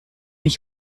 ich